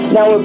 Now